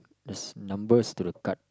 there's number to the card